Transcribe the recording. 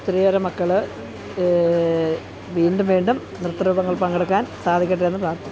ഒത്തിരിയേറെ മക്കൾ വീണ്ടും വീണ്ടും നൃത്തരൂപങ്ങൾ പങ്കെടുക്കാൻ സാധിക്കട്ടേ എന്ന് പ്രാർത്ഥിക്കുന്നു